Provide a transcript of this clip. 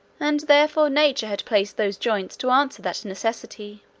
and therefore nature had placed those joints to answer that necessity.